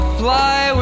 fly